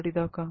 ఎప్పటి దాకా